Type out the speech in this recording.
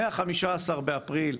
מה-15 באפריל,